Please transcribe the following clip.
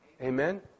Amen